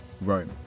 Rome